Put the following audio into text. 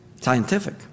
Scientific